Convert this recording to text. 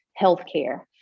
healthcare